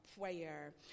prayer